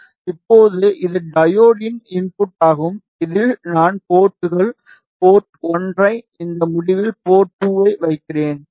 இப்போது இது டையோட்டின் இன்புட்டாகும் இதில் நான் போர்ட்கள் போர்ட் 1 ஐ இந்த முடிவில் போர்ட் 2 ஐ வைக்கிறேன்